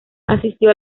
asistió